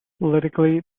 politically